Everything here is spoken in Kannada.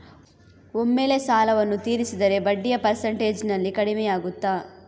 ಒಮ್ಮೆಲೇ ಸಾಲವನ್ನು ತೀರಿಸಿದರೆ ಬಡ್ಡಿಯ ಪರ್ಸೆಂಟೇಜ್ನಲ್ಲಿ ಕಡಿಮೆಯಾಗುತ್ತಾ?